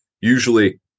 usually